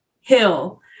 Hill